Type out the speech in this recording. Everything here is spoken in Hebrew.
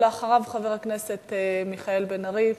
אחריו, חבר הכנסת מיכאל בן-ארי.